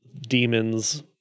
demons